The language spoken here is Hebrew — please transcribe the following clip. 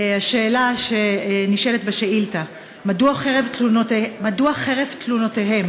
השאלה שנשאלת בשאילתה: מדוע חרף תלונותיהם